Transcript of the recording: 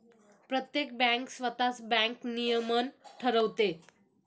प्रत्येक बँक स्वतःच बँक नियमन ठरवते